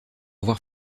voir